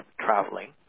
traveling